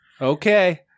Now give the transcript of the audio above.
Okay